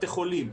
בתי חולים,